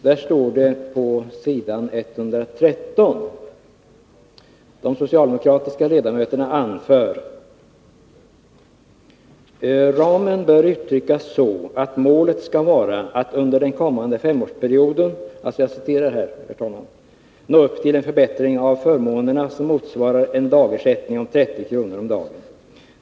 Där står på s. 113: ”De socialdemokratiska ledamöterna anför ——- Ramen bör uttryckas så att målet skall vara att under den kommande S5-årsperioden nå upp till en förbättring av förmånerna som motsvarar en dagersättning om 30 kronor om dagen.